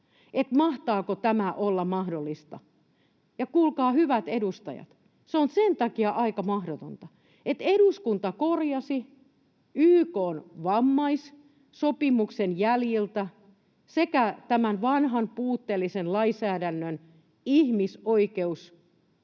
mahtaako tämä olla mahdollista. Ja kuulkaa, hyvät edustajat, se on sen takia aika mahdotonta, että eduskunta korjasi YK:n vammaissopimuksen mukaan myös tämän vanhan puutteellisen lainsäädännön ihmisoikeustason